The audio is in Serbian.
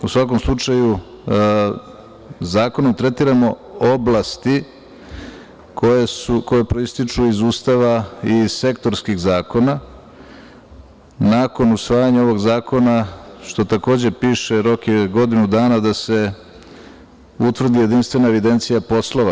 U svakom slučaju, zakonom tretiramo oblasti koje proističu iz Ustava i iz sektorskih zakona, nakon usvajanja ovog zakona, što takođe piše, rok je godinu dana da se utvrdi jedinstvena evidencija poslova.